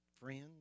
Friends